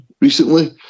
recently